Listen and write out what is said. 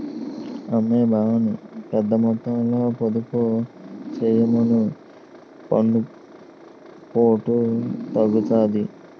అమ్మీ బావని పెద్దమొత్తంలో పొదుపు చెయ్యమను పన్నుపోటు తగ్గుతాది